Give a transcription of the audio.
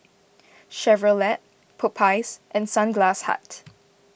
Chevrolet Popeyes and Sunglass Hut